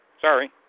Sorry